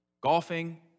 golfing